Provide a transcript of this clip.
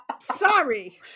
Sorry